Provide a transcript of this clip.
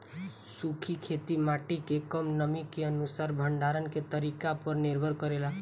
सूखी खेती माटी के कम नमी के अनुसार भंडारण के तरीका पर निर्भर करेला